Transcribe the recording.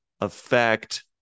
affect